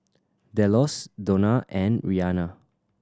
Delos Donna and Rianna